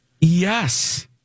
Yes